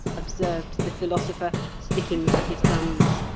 observed the philosopher, sticking to his guns,